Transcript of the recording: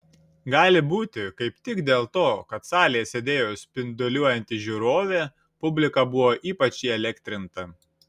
gali būti kaip tik dėl to kad salėje sėdėjo spinduliuojanti žiūrovė publika buvo ypač įelektrinta